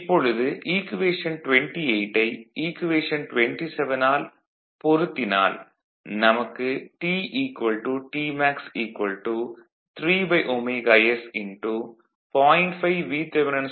இப்பொழுது ஈக்குவேஷன் 28 ஐ ஈக்குவேஷன் 27 ல் பொருத்தினால் நமக்கு T Tmax 3ωs0